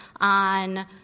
on